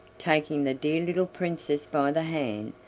taking the dear little princess by the hand,